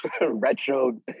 retro